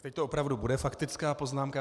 Teď to opravdu bude faktická poznámka.